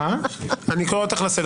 חבר הכנסת סעדה, אני קורא אותך לסדר.